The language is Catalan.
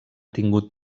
tingut